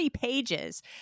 pages